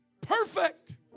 perfect